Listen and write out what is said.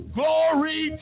glory